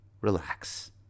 relax